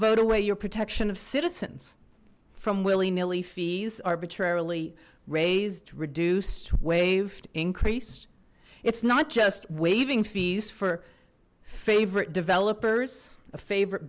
vote away your protection of citizens from willy nilly fees are but rarely raised reduced waved increased it's not just waving fees for favorite developers a favorite